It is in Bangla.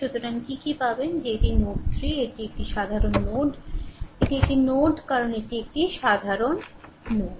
সুতরাং কি কি পাবেন যে এটি নোড 3 এটি একটি সাধারণ নোড এটি নোড কারণ এটি একটি সাধারণ নোড